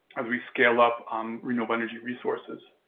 as we scale up um renewable energy resources.